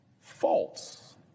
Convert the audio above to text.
false